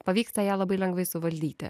pavyksta ją labai lengvai suvaldyti